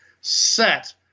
set